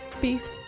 Beef